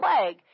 plague